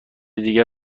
دیگر